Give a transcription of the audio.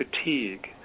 fatigue